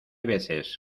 veces